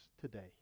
today